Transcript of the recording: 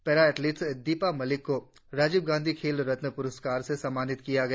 para athlete Deepa Malik को राजीव गांधी खेल रत्न पुरस्कार से सम्मानित किया गया